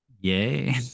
yay